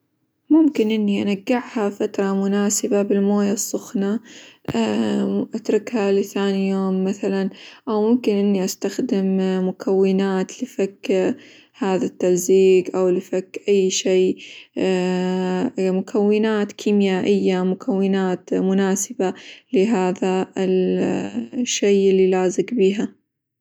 ممكن إني انقعها فترة مناسبة بالموية السخنة اتركها لثاني يوم مثلًا، أو ممكن إني استخدم مكونات لفك هذا التلزيق، أو لفك أي شي، مكونات كيميائية، مكونات مناسبة لهذا الشيء اللي لازق بيها.